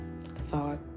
thought